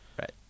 Right